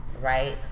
right